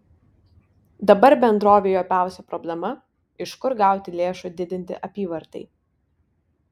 dabar bendrovei opiausia problema iš kur gauti lėšų didinti apyvartai